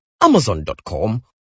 amazon.com